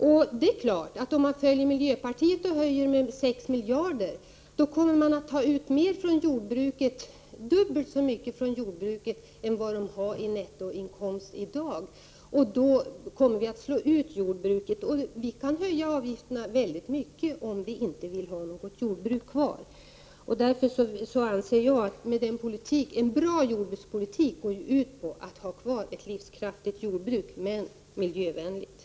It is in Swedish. Om vi följer miljöpartiets förslag och höjer miljöavgifterna för jordbruket med 6 miljarder kronor kommer man att ta ut dubbelt så mycket från jordbrukarna som de i dag har i nettoinkomster. Då kommer man att slå ut jordbruket. Vi kan höja avgifterna väldigt mycket om vi inte vill ha något jordbruk kvar. Men en bra jordbrukspolitik går, anser jag, ut på att vi skall ha kvar ett livskraftigt jordbruk — men miljövänligt.